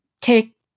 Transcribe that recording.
take